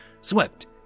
swept